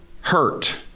hurt